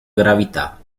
gravità